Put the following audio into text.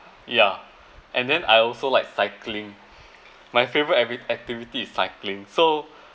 ya and then I also like cycling my favourite every activity is cycling so